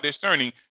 discerning